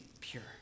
pure